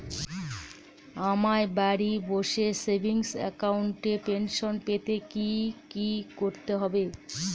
আমায় বাড়ি বসে সেভিংস অ্যাকাউন্টে পেনশন পেতে কি কি করতে হবে?